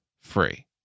free